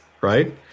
right